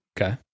okay